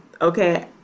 okay